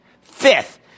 Fifth